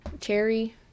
cherry